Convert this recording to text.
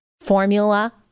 formula